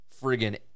friggin